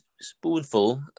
spoonful